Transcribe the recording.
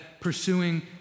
pursuing